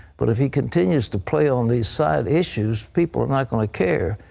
but if he continues to play on these side issues, people are not going to care.